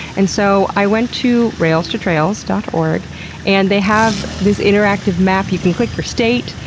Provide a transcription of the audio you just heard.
and so i went to railstotrails dot org and they have this interactive map. you can click your state.